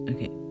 Okay